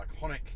iconic